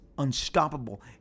unstoppable